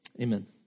Amen